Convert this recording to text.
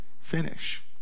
finish